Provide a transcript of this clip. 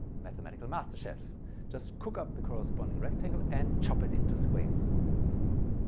mathematical masterchef just cook up the corresponding rectangle and chop it into squares